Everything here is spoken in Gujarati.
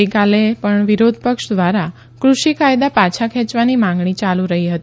ગઇકાલે પણ વિરોધપક્ષ દ્વારા ક્રષિ કાયદા પાછા ખેંચવાની માંગણી યાલુ રહી હતી